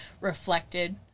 reflected